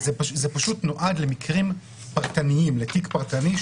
זה פשוט נועד למקרים פרטניים, לתיק פרטני.